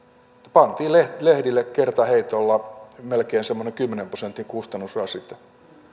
pantiin lehdille kertaheitolla semmoinen melkein kymmenen prosentin kustannusrasite